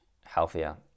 healthier